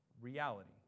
reality